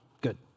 good